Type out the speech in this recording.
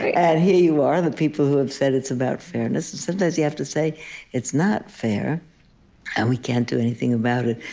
and here you are, the people who have said it's about fairness. sometimes you have to say it's not fair and we can't do anything about it.